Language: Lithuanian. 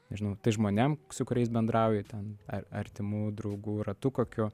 nežinau tais žmonėm su kuriais bendrauji ten ar artimų draugų ratu kokiu